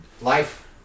Life